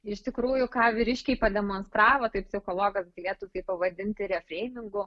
iš tikrųjų ką vyriškiai pademonstravo tai psichologas galėtų tai pavadinti refreimingu